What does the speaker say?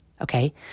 okay